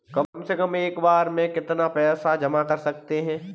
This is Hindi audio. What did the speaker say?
कम से कम एक बार में हम कितना पैसा जमा कर सकते हैं?